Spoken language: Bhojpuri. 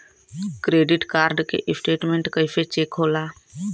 क्रेडिट कार्ड के स्टेटमेंट कइसे चेक होला?